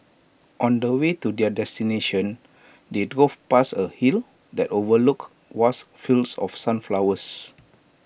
on the way to their destination they drove past A hill that overlooked vast fields of sunflowers